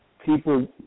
people